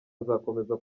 azakomeza